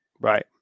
Right